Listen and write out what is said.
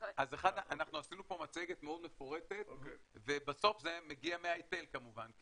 אנחנו עשינו פה מצגת מאוד מפורטת ובסוף זה מגיע מההיטל כמובן.